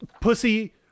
pussy